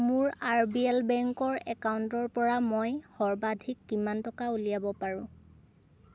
মোৰ R B L বেংকৰ একাউণ্টৰ পৰা মই সৰ্বাধিক কিমান টকা উলিয়াব পাৰোঁ